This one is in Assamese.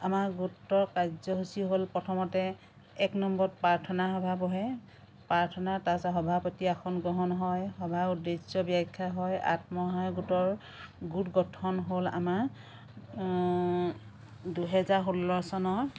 আমাৰ গোটৰ কাৰ্যসূচী হ'ল প্ৰথমতে এক নম্বৰত প্ৰাৰ্থনা সভা বহে প্ৰাৰ্থনা তাৰ পাছত সভাপতিয়ে আসন গ্ৰহণ হয় সভাৰ উদ্দেশ্য ব্যাখ্যা হয় আত্মসহায়ক গোটৰ গোট গঠন হ'ল আমাৰ দুহেজাৰ ষোল্ল চনত